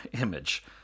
image